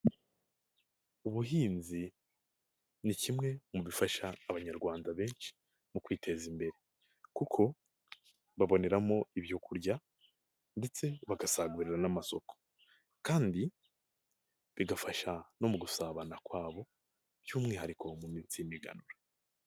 Ubuhinzi ni kimwe mu bifasha Abanyarwanda benshi mu kwiteza imbere kuko baboneramo ibyo kurya ndetse bagasagurira n'amasoko kandi bigafasha no mu gusabana kwabo by'umwihariko mu minsi y'imiganura.